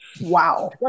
wow